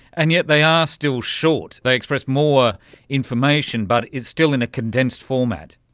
and yet they are still short, they express more information but it's still in a condensed format.